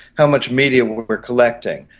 how much media we're collecting,